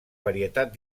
varietat